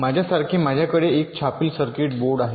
माझ्यासारखे माझ्याकडे एक छापील सर्किट बोर्ड आहे